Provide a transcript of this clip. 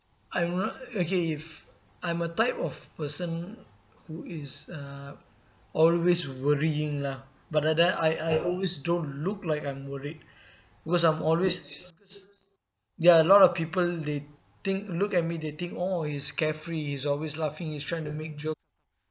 I'm not okay if I'm a type of person who is uh always worrying lah but then then I I always don't look like I'm worried because I'm always ya a lot of people they think look at me they think oh he's carefree he's always laughing he's trying to make joke